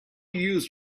use